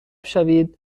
شوید